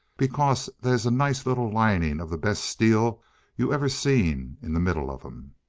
because they's a nice little lining of the best steel you ever seen in the middle of em.